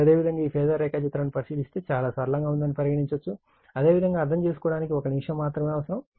ఇప్పుడు అదేవిధంగా ఈ ఫేజార్ రేఖాచిత్రాన్ని పరిశీలిస్తే చాలా సరళంగా ఉందని పరిగణించండి అదేవిధంగా అర్థం చేసుకోవడానికి ఒక నిమిషం మాత్రమే అవసరం